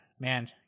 man